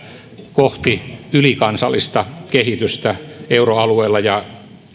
kohti ylikansallista kehitystä euroalueella ja